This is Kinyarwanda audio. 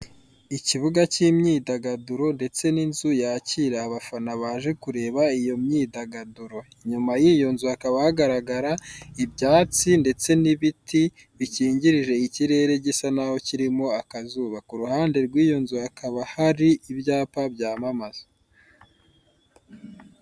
Umumama bigaragara ko ashinzwe gutanga ibyo kurya cyangwa kunywa ahantu, ndetse hakaba hateguye neza intebe zikozwe mu mbaho ziteye neza, ubusitani bw'indabyo, ndetse n'ibiti hakurya, bigaragara ko hari ahantu abantu biyakirira, ndetse hateye neza rwose.